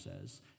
says